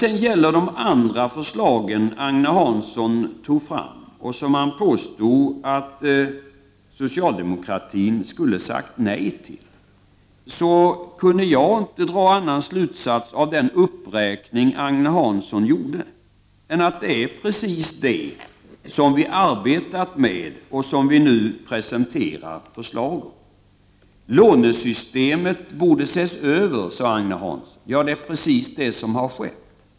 Beträffande Agne Hanssons uppräkning av övriga förslag, som han påstod att socialdemokratin skulle ha sagt nej till, kan jag inte dra någon annan slut sats än att det är precis detta som vi har arbetat med och som vi nu presenterat förslag om. Lånesystemet borde ses över, sade Agne Hansson. Ja, det är precis det som har skett.